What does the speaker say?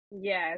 Yes